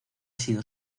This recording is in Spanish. sido